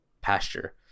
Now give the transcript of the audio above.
pasture